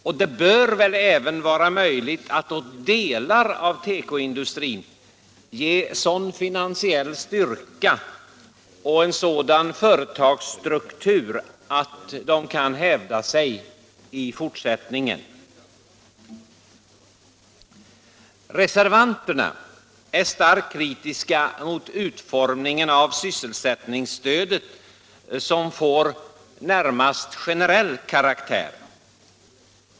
Och det bör även vara möjligt att åt delar av tekoindustrin ge sådan finansiell styrka och företagsstruktur att de kan hävda sig i fortsättningen. Reservanterna är starkt kritiska mot utformningen av sysselsättningsstödet som närmast får generell karaktär.